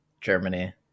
Germany